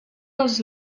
els